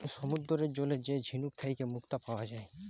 সমুদ্দুরের জলে যে ঝিলুক থ্যাইকে মুক্তা পাউয়া যায়